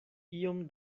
iom